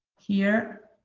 here.